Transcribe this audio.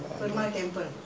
I remember